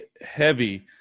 heavy